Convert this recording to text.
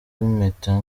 impeta